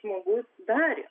žmogus darė